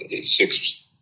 six